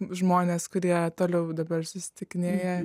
žmonės kurie toliau dabar susitikinėja